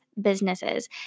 businesses